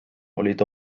olid